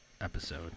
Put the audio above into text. episode